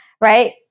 right